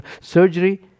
surgery